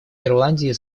ирландии